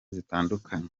zitandukanye